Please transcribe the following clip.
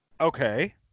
Okay